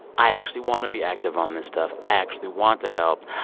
i actually want to be active on this stuff. i actually want to help.